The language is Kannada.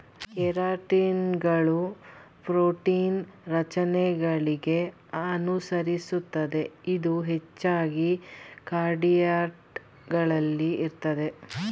ಕೆರಾಟಿನ್ಗಳು ಪ್ರೋಟೀನ್ ರಚನೆಗಳಿಗೆ ಅನುಸರಿಸುತ್ತದೆ ಇದು ಹೆಚ್ಚಾಗಿ ಕಾರ್ಡೇಟ್ ಗಳಲ್ಲಿ ಇರ್ತದೆ